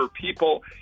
people